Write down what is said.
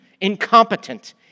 incompetent